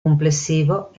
complessivo